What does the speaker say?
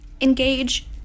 engage